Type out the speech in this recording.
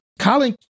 Colin